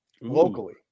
locally